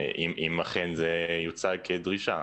אם אכן זה יוצג כדרישה.